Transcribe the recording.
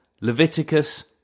Leviticus